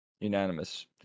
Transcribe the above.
Unanimous